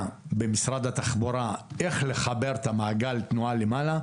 במשרד התחבורה איך לחבר את מעגל התנועה למעלה.